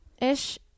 ish